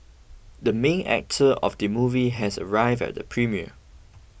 the main actor of the movie has arrived at the premiere